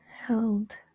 held